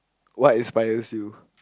what inspires you